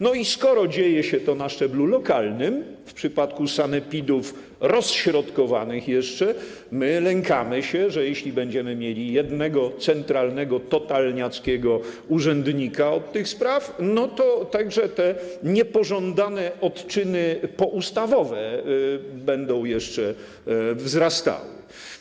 No i skoro dzieje się to na szczeblu lokalnym w przypadku sanepidów, jeszcze rozśrodkowanych, lękamy się, że jeśli będziemy mieli jednego, centralnego, totalniackiego urzędnika od tych spraw, to także te niepożądane odczyny poustawowe będą jeszcze wzrastały.